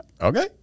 okay